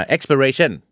Expiration